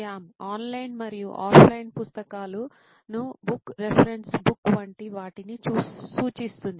Shyam online మరియు offline పుస్తకాలను book reference book వంటి వాటిని సూచిస్తుంది